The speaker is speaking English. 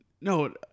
No